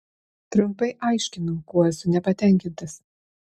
trumpai aiškinau kuo esu nepatenkintas